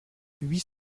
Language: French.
huit